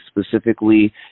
specifically